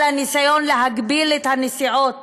על הניסיון להגביל את הנסיעות